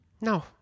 No